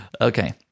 Okay